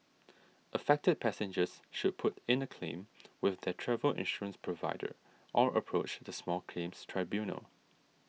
affected passengers should put in a claim with their travel insurance provider or approach the small claims tribunal